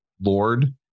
Lord